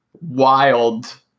wild